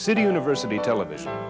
city university television